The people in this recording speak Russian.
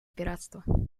пиратства